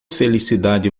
felicidade